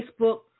Facebook